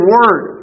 Word